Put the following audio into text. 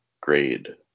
grade